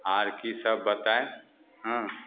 आओर कि सब बताएँ हँ